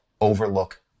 overlook